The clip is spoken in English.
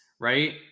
right